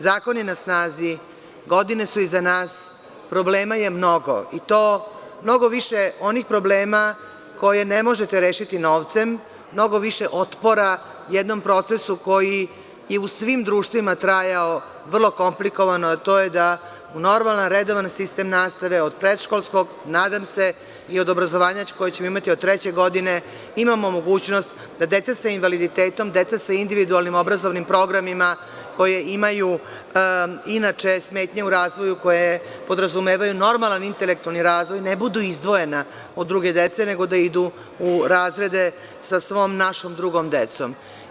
Zakon je na snazi, godine su iza nas, problema je mnogo i to mnogo više onih problema koje ne možete rešiti novcem, mnogo više otpora jednom procesu koji je u svim društvima trajao vrlo komplikovano, a to je da u normalan redovan sistem nastave od predškolskog, nadam se i od obrazovanja koje ćemo imati od treće godine, imamo mogućnost da deca sa invaliditetom, sa individualnim obrazovnim programima koja imaju inače smetnje u razvoju, koje podrazumevaju normalan intelektualni razvoj, ne budu izdvojena od druge dece, nego da idu u razrede sa svom našom drugom decom.